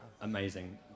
amazing